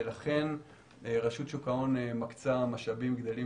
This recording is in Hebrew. ולכן רשות שוק ההון מקצה משאבים גדלים